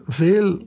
veel